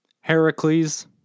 Heracles